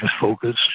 focus